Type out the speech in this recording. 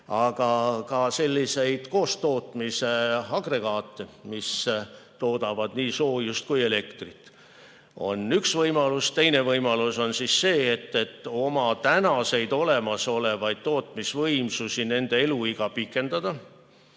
On ka selliseid koostootmise agregaate, mis toodavad nii soojust kui elektrit. See on üks võimalus. Teine võimalus on see, et tuleb oma olemasolevate tootmisvõimsuste eluiga pikendada.